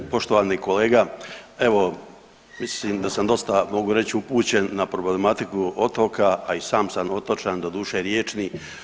Poštovani kolega, evo mislim da sam dosta mogu reć upućen na problematiku otoka, a i sam sam otočan, doduše riječni.